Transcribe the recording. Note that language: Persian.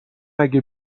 اگه